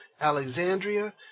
Alexandria